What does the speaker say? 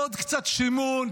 עוד קצת שימון,